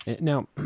now